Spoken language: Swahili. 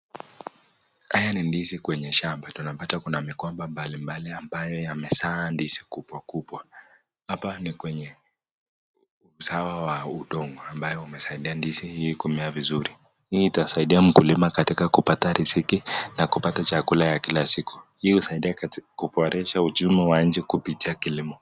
Haya ni ndizi kwenye shamba, tunapata kuna migomba mbalimbali ambayo yamezaa ndizi kubwa kubwa. Hapa ni kwenye usawa wa udongo ambayo umesaidia ndizi hii kumea vizuri. Hii itasaidia mkulima katika kupata riziki na katika kupata riziki katika kila siku. Hii husaidia katika kuboresha uchumi wa nchi kupitia kilimo.